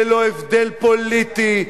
ללא הבדל פוליטי,